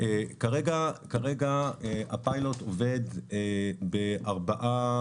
כרגע הפיילוט עובד בארבעה